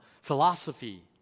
philosophy